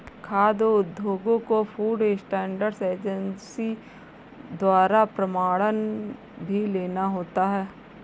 खाद्य उद्योगों को फूड स्टैंडर्ड एजेंसी द्वारा प्रमाणन भी लेना होता है